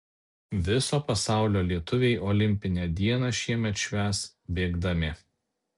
viso pasaulio lietuviai olimpinę dieną šiemet švęs bėgdami